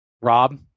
Rob